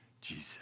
Jesus